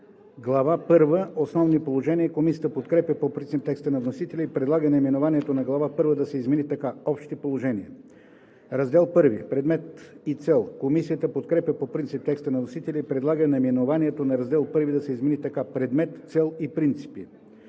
първа – Основни положения“. Комисията подкрепя по принцип текста на вносителя и предлага наименованието на Глава първа да се измени така: „Общи положения“. „Раздел I – Предмет и цел“. Комисията подкрепя по принцип текста на вносителя и предлага наименованието на Раздел I да се измени така: „Предмет, цел и принципи“.